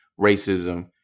racism